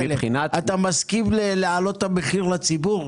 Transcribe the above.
אתה מסכים להעלות את המחיר לציבור?